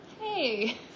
hey